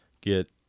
get